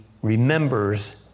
Remembers